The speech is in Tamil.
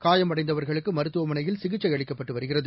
காயமடைந்தவர்களுக்குமருத்துவமனையில் சிகிச்சைஅளிக்கப்பட்டுவருகிறது